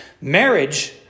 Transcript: Marriage